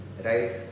Right